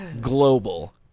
Global